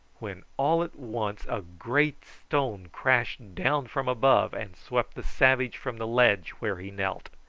when all at once a great stone crashed down from above and swept the savage from the ledge where he knelt.